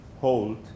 hold